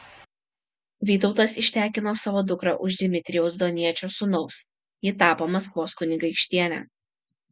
vytautas ištekino savo dukrą už dmitrijaus doniečio sūnaus ji tapo maskvos kunigaikštiene